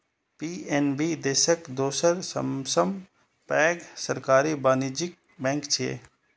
PNB देशक दोसर सबसं पैघ सरकारी वाणिज्यिक बैंक छियै